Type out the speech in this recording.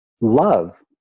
love